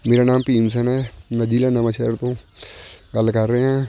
ਮੇਰਾ ਨਾਮ ਭੀਮ ਸੈਨ ਹੈ ਮੈਂ ਜ਼ਿਲ੍ਹਾ ਨਵਾਂ ਸ਼ਹਿਰ ਤੋਂ ਗੱਲ ਕਰ ਰਿਹਾ